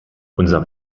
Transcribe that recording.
unser